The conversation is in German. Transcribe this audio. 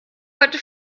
heute